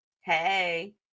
hey